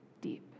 deep